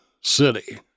city